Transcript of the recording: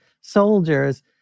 soldiers